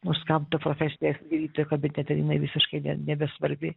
nors kam ta profesija gydytojo kabinete jinai visiškai ne nebesvarbi